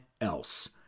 else